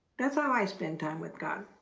that's how i spend time with god.